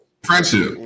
Friendship